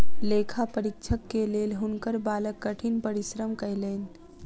लेखा परीक्षक के लेल हुनकर बालक कठिन परिश्रम कयलैन